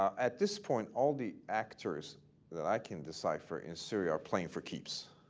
at this point, all the actors that i can decipher in syria are playing for keeps.